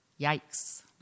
Yikes